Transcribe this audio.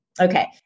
Okay